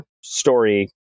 story